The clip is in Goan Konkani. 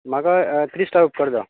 म्हाका थ्री स्टार उपकारता